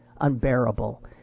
unbearable